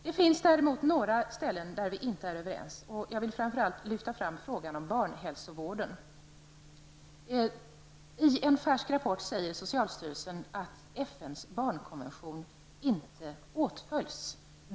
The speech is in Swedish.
Det finns emellertid också några saker som vi inte är överens om. Framför allt vill jag lyfta fram frågan om barnhälsovården. I en färsk rapport säger socialstyrelsen att FNs barnkonvention inte åtföljs.